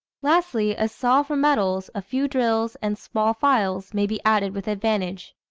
lastly, a saw for metals, a few drills, and small files, may be added with advantage.